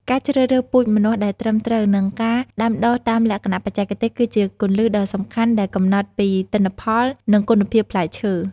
ការជ្រើសរើសពូជម្នាស់ដែលត្រឹមត្រូវ និងការដាំដុះតាមលក្ខណៈបច្ចេកទេស គឺជាគន្លឹះដ៏សំខាន់ដែលកំណត់ពីទិន្នផល និងគុណភាពផ្លែឈើ។